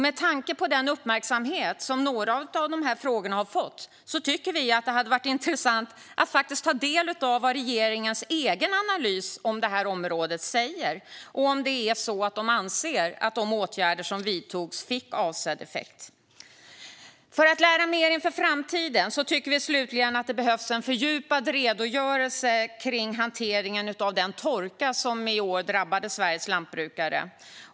Med tanke på den uppmärksamhet som några av dessa frågor har fått tycker vi att det hade varit intressant att få ta del av regeringens egen analys av området och om man anser att de åtgärder som vidtogs fick avsedd effekt. För att lära mer inför framtiden tycker vi slutligen att det behövs en fördjupad redogörelse av hanteringen av den torka som i år drabbade Sveriges lantbrukare.